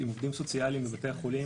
עם עובדים סוציאליים בבתי החולים,